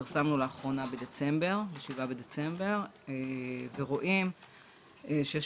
לאחרונה פרסמנו ב-7 בדצמבר ואנחנו רואים שיש